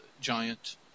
giant